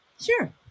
Sure